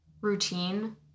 routine